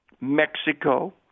Mexico